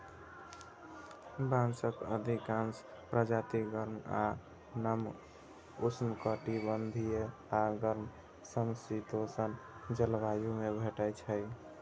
बांसक अधिकांश प्रजाति गर्म आ नम उष्णकटिबंधीय आ गर्म समशीतोष्ण जलवायु मे भेटै छै